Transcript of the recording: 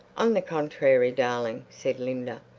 on the con-trary, darling, said linda,